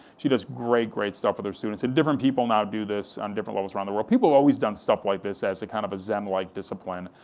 she does great, great stuff with her students, and different people now do this on different levels, around the world. people have always done stuff like this as kind of a zen-like discipline.